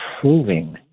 proving